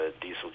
diesel